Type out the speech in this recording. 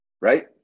right